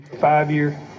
Five-year